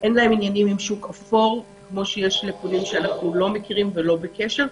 אין להם עניינים עם שוק אפור כפי שיש לפונים שאנחנו לא מכירים ולא בקשר.